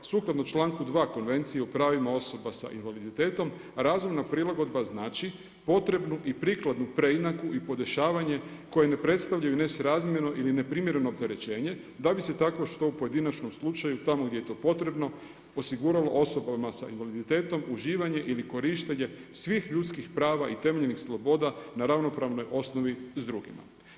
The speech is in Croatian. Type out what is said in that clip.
Sukladno članku 2. Konvencije o pravima osoba sa invaliditetom razumna prilagodba znači potrebnu i prikladnu preinaku i podešavanje koje ne predstavljaju nesrazmjerno ili ne primjereno opterećenje da bi se takvo što u pojedinačnom slučaju tamo gdje je to potrebno osiguralo osobama sa invaliditetom uživanje ili korištenje svih ljudskih prava i temeljenih sloboda na ravnopravnoj osnovi s drugima.